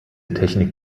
technik